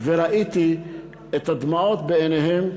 וראיתי את הדמעות בעיניהם,